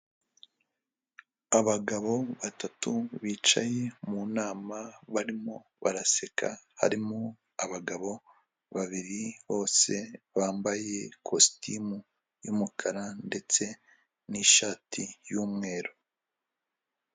Abagabo batatu bicaye mu nama barimo baraseka, harimo abagabo babiri bose bambaye ikositimu y'umukara ndetse n'inshati y'umweru.